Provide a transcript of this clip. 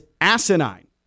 asinine